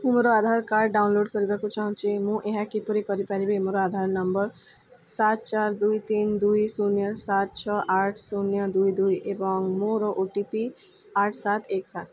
ମୁଁ ମୋର Aadhaar card download କରିବାକୁ ଚାହୁଁଛି ମୁଁ ଏହା କିପରି କରିପାରିବି ମୋର ଆଧାର ନମ୍ବର ସାତ ଚାରି ଦୁଇ ତିନି ଦୁଇ ଶୂନ ସାତ ଛଅ ଆଠ ଶୂନ ଦୁଇ ଦୁଇ ଏବଂ ମୋର ଓ ଟି ପି ଆଠ ସାତ ଏକ ସାତ